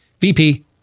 VP